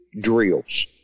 drills